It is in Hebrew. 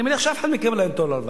אני מניח שאף אחד מכם לא ייתן לו הלוואה.